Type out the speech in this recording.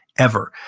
ever.